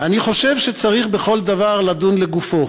"אני חושב שצריך בכל דבר לדון לגופו.